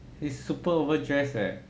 he's super overdressed leh